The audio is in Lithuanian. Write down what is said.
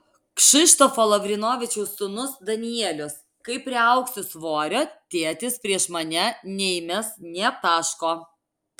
kšištofo lavrinovičiaus sūnus danielius kai priaugsiu svorio tėtis prieš mane neįmes nė taško